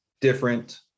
different